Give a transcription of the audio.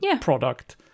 product